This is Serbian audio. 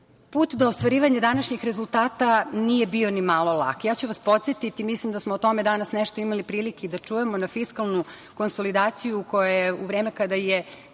put do ostvarivanja današnjih rezultata nije bio ni malo lak. Ja ću vas podsetiti, mislim da smo o tome danas nešto imali prilike i da čujemo, na fiskalnu konsolidaciju koja je u vreme kada se